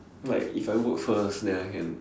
like if I work first then I can